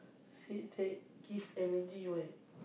give energy [what]